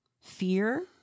fear